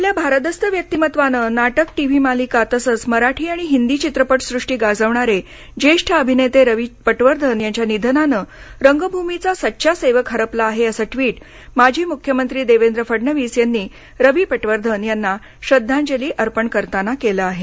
आपल्या भारदस्त व्यक्तिमत्वाने नाटक टीव्ही मालिका तसेच मराठी आणि हिंदी सिनेसृष्टी गाजविणारे ज्येष्ठ अभिनेते रवी पटवर्धन यांच्या निधनाने रंगभूमीचा सच्चा सेवक हरपला आहे असे ट्विट माजी मुख्यमंत्री देवेंद्र फडणवीस यांनी रवी पटवर्धन यांना श्रद्धांजली अर्पण करताना केले आहे